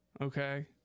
Okay